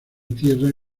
tierra